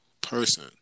person